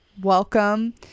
welcome